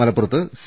മലപ്പുറത്ത് സി